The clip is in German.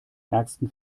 ärgsten